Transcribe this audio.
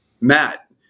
Matt